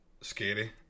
scary